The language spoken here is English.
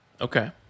Okay